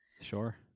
Sure